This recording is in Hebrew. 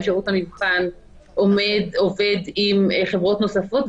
שירות המבחן עובד עם חברות נוספות.